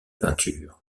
peintures